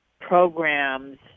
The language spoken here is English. programs